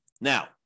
Now